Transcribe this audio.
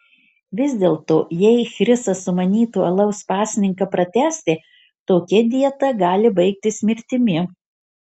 vis dėlto jei chrisas sumanytų alaus pasninką pratęsti tokia dieta gali baigtis mirtimi